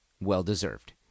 Well-deserved